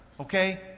Okay